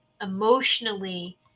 emotionally